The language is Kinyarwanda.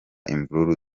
imvururu